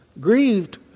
grieved